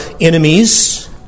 enemies